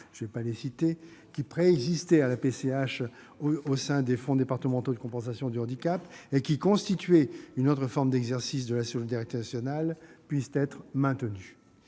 par divers organismes qui préexistaient à la PCH au sein des fonds départementaux de compensation du handicap et qui constituaient une autre forme d'exercice de la solidarité nationale puissent être maintenus.